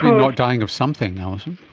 not dying of something, alison.